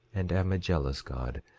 and am a jealous god,